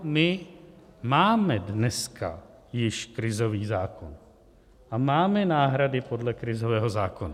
My máme dneska již krizový zákon a máme náhrady podle krizového zákona.